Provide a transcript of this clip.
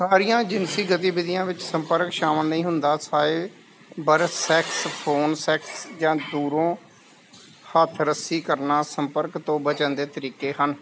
ਸਾਰੀਆਂ ਜਿਨਸੀ ਗਤੀਵਿਧੀਆਂ ਵਿੱਚ ਸੰਪਰਕ ਸ਼ਾਮਲ ਨਹੀਂ ਹੁੰਦਾ ਸਾਈਬਰਸੈਕਸ ਫ਼ੋਨ ਸੈਕਸ ਜਾਂ ਦੂਰੋਂ ਹੱਥ ਰੱਸੀ ਕਰਨਾ ਸੰਪਰਕ ਤੋਂ ਬਚਣ ਦੇ ਤਰੀਕੇ ਹਨ